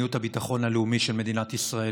מדיניות הביטחון הלאומי של מדינת ישראל.